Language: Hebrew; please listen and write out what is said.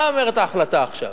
מה אומרת ההחלטה עכשיו?